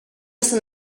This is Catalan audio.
sant